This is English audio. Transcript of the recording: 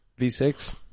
V6